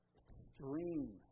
extreme